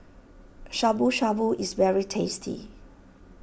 Shabu Shabu is very tasty